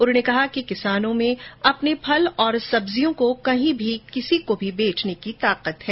उन्होंने कहा कि किसानों में अपने फल और सब्जियों को कहीं भी किसी को भी बेचने की ताकत है